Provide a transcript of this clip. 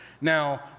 Now